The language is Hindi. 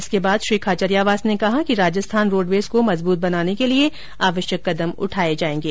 इसके बाद श्री खाचरियावास ने कहा कि राजस्थान रोडवेज को मजबूत बनाने के लिए आवश्यक कदम उठाए जाएंगे